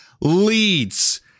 leads